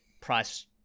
price